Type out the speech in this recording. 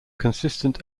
consistent